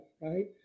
right